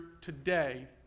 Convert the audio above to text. today